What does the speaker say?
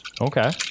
Okay